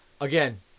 Again